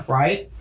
right